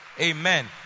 Amen